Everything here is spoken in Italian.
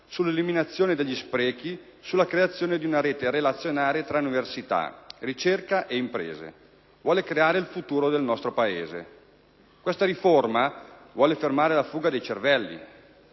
sull'eliminazione degli sprechi e sulla creazione di una rete relazionale tra università, ricerca e imprese: essa vuole creare il futuro del nostro Paese. Questa riforma vuole fermare la fuga di cervelli.